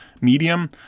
Medium